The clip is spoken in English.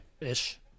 ish